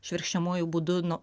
švirkščiamuoju būdu